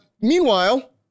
Meanwhile